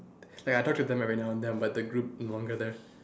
ya I talk to them every now and then but the group no longer there